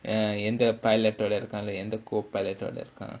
எந்த:entha pilot ஓட இருக்கான் எந்த:oda irukkaan entha co-pilot ஓட இருக்கான்:oda irukkaan